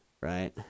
Right